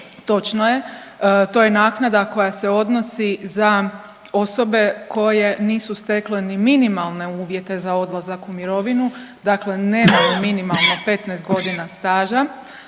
Točno je, to je naknada koja se odnosi za osobe koje nisu stekle ni minimalne uvjete za odlazak u mirovinu, dakle nemaju minimalno 15 godina staža